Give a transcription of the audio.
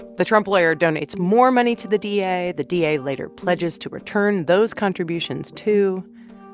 the trump lawyer donates more money to the da. the da later pledges to return those contributions, too.